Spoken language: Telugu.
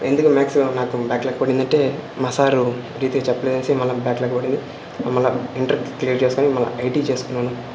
ఎందుకు మ్యాథ్స నాకు బ్యాక్ లాగ్ పడిందంటే మా సారూ నీట్గా చెప్పలేదనేసి మళ్ళీ బ్యాక్ లాగ్ పడింది మళ్ళీ ఇంటర్ క్లియర్ చేసుకొని మళ్ళీ ఐటి చేసుకున్నాను